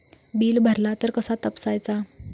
Bill भरला तर कसा तपसायचा?